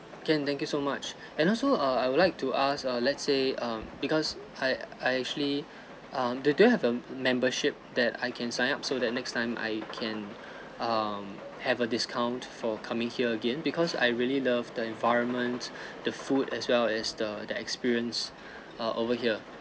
can thank you so much and also err I would like to ask err let's say um because I I actually um do do you have a membership that I can sign up so that next time I can um have a discount for coming here again because I really love the environment the food as well as the the experience uh over here